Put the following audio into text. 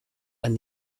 and